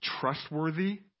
trustworthy